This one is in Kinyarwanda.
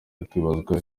hakibazwa